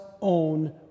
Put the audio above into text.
own